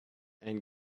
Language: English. and